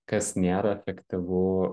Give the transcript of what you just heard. kas nėra efektyvu